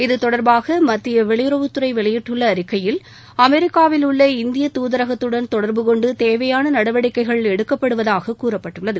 இத்தொடர்பாக மத்திய வெளியுறவுத்துறை வெளியிட்டுள்ள அறிக்கையில் அமெரிக்காவில் உள்ள இந்திய தூதரகத்துடன் தொடர்புகொண்டு தேவையான நடவடிக்கைகள் எடுக்கப்படுவதாக கூறப்பட்டுள்ளது